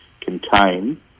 contain